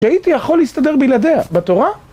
הייתי יכול להסתדר בלעדיה בתורה